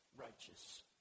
righteous